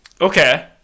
Okay